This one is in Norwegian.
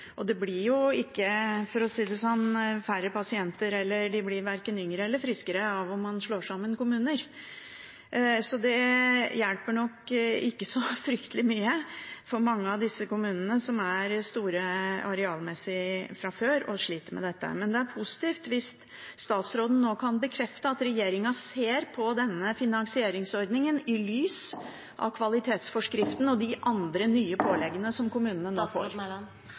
krevende. Det blir ikke – for å si det sånn – færre pasienter, og de blir verken yngre eller friskere av at man slår sammen kommuner. Så det hjelper nok ikke så fryktelig mye for mange av kommunene som er store arealmessig fra før og sliter med dette. Men det er positivt hvis statsråden nå kan bekrefte at regjeringen ser på denne finansieringsordningen i lys av kvalitetsforskriften og de andre nye påleggene som kommunene nå får.